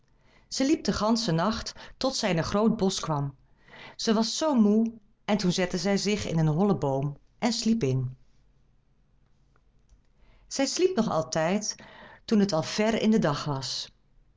zij liep den ganschen nacht tot zij in een groot bosch kwam zij was zoo moê en toen zette zij zich in een hollen boom en sliep in zij sliep nog altijd toen het al ver in den dag was